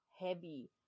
heavy